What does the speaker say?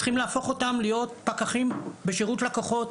צריכים להפוך אותם להיות פקחים בשירות לקוחות,